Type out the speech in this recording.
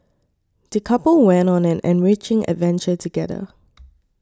the couple went on an enriching adventure together